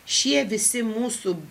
šie visi mūsų